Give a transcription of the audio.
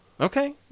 okay